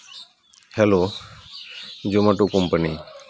hello Zomato company